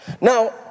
Now